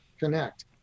connect